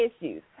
issues